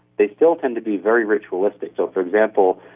they still tend to be very ritualistic. so, for example,